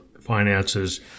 finances